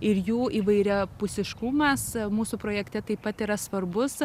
ir jų įvairiapusiškumas mūsų projekte taip pat yra svarbus